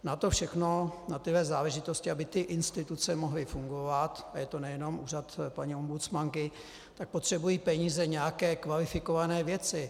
Na to všechno, na tyhle záležitosti, aby ty instituce mohly fungovat a je to nejenom úřad paní ombudsmanky potřebují peníze, nějaké kvalifikované věci.